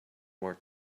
more